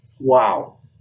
Wow